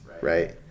right